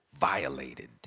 violated